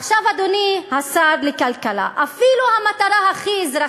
עכשיו, אדוני שר הכלכלה, אפילו המטרה הכי אזרחית,